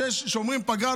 ואומרים פגרה,